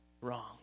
wrong